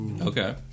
Okay